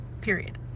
Period